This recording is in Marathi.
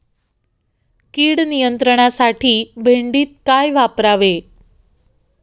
कीड नियंत्रणासाठी भेंडीत काय वापरावे?